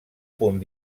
punt